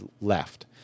left